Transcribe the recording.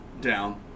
down